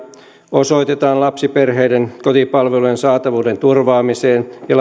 osoitetaan lapsiperheiden kotipalveluiden saatavuuden turvaamiseen ja